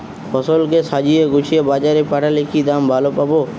ফসল কে সাজিয়ে গুছিয়ে বাজারে পাঠালে কি দাম ভালো পাব?